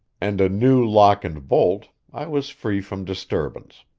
and a new lock and bolt, i was free from disturbance.